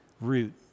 root